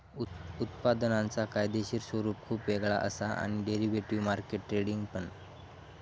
उत्पादनांचा कायदेशीर स्वरूप खुप वेगळा असा आणि डेरिव्हेटिव्ह मार्केट ट्रेडिंग पण